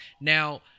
Now